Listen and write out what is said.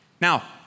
Now